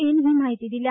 एन ही म्हायती दिल्या